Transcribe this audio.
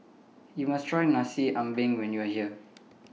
YOU must Try Nasi Ambeng when YOU Are here